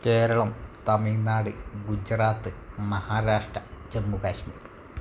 Keralam Tamil Nadu Gujarat Maharashtra Jammu Kashmir